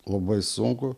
labai sunku